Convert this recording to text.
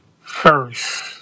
first